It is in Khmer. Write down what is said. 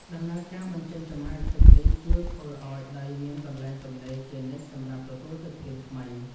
ដំណើរការបញ្ចេញចំហាយទឹកនេះជួយធ្វើឱ្យដីមានកន្លែងទំនេរជានិច្ចសម្រាប់ទទួលទឹកភ្លៀងថ្មី។ដំណើរការបញ្ចេញចំហាយទឹកនេះជួយធ្វើឱ្យដីមានកន្លែងទំនេរជានិច្ចសម្រាប់ទទួលទឹកភ្លៀងថ្មី។